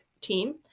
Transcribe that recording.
team